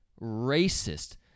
racist